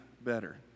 better